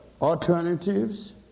alternatives